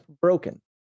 broken